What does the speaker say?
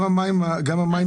גם המים יעלו,